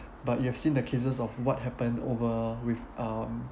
but you have seen the cases of what happened over with um